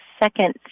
second